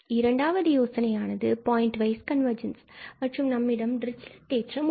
இரண்டாவது யோசனையனது point wise convergence மற்றும் நம்மிடம் டிரிச்சிலட் தேற்றம் உள்ளது